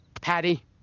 Patty